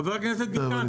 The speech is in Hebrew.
חבר הכנסת ביטן,